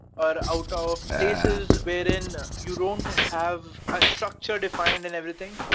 or out of places wherein you don't have a structure defined and everything,